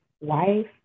Wife